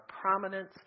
prominence